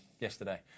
yesterday